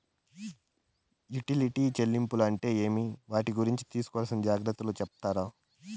Utility చెల్లింపులు అంటే ఏమి? వాటి గురించి తీసుకోవాల్సిన జాగ్రత్తలు సెప్తారా?